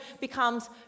becomes